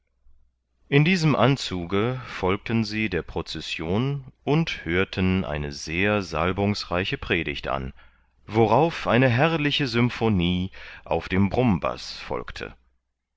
in diesem anzuge folgten sie der procession und hörten eine sehr salbungsreiche predigt an worauf eine herrliche symphonie auf dem brummbaß folgte